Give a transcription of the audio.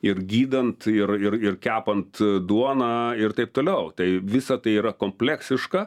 ir gydant ir ir ir kepant duoną ir taip toliau tai visa tai yra kompleksiška